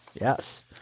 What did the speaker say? yes